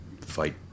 fight